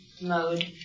mode